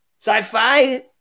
Sci-Fi